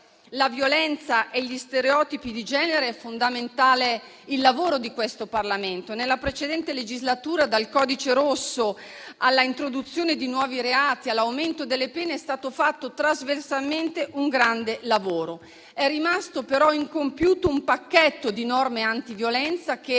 la violenza e gli stereotipi di genere è fondamentale il lavoro di questo Parlamento. Nella precedente legislatura, dal codice rosso all'introduzione di nuovi reati, all'aumento delle pene, è stato fatto trasversalmente un grande lavoro. È rimasto però incompiuto un pacchetto di norme antiviolenza che,